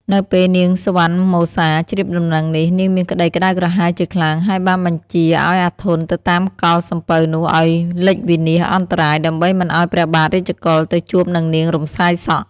នៅពេលនាងសុវណ្ណមសា ជ្រាបដំណឹងនេះ នាងមានក្ដីក្ដៅក្រហាយជាខ្លាំង ហើយបានបញ្ជាឲ្យអាធន់ទៅតាមកល់សំពៅនោះឲ្យលិចវិនាសអន្តរាយ ដើម្បីមិនឲ្យព្រះបាទ រាជកុល ទៅជួបនឹងនាង រំសាយសក់។